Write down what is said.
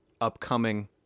upcoming